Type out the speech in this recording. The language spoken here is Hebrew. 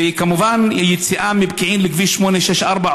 וכמובן יציאה מפקיעין לכביש 864,